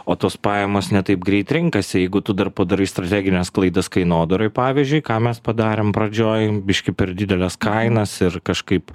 o tos pajamos ne taip greit renkasi jeigu tu dar padarai strategines klaidas kainodaroj pavyzdžiui ką mes padarėm pradžioj biškį per dideles kainas ir kažkaip